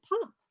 pop